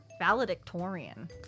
valedictorian